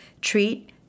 treat